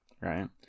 right